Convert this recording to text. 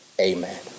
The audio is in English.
amen